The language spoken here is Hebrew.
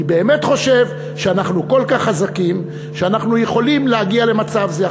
אני באמת חושב שאנחנו כל כך חזקים שאנחנו יכולים להגיע למצב זה.